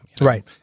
right